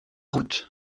route